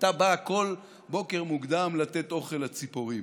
הייתה באה כל בוקר מוקדם לתת אוכל לציפורים.